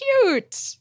cute